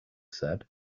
said